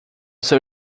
seu